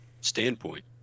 standpoint